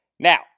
Now